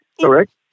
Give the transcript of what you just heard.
Correct